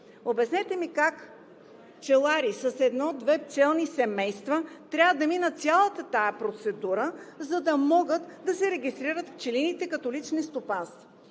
Обяснете ми как пчелари с едно-две пчелни семейства трябва да минат цялата тази процедура, за да могат да си регистрират пчелините като лични стопанства?